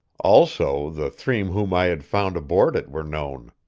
also, the three whom i had found aboard it were known.